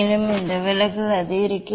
மேலும் இந்த விலகல் அதிகரிக்கும்